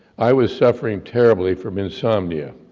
i was suffering terribly from insomnia.